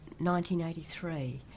1983